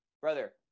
Brother